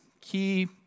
key